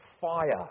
fire